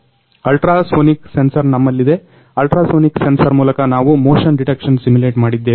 ultrasonic sensor ನಮ್ಮಲ್ಲಿದೆ ultrasonic sensor ಮೂಲಕ ನಾವು ಮೋಷನ್ ಡಿಟೆಕ್ಷನ್ ಸಿಮುಲೆಟ್ ಮಾಡಿದ್ದೇವೆ